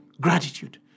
gratitude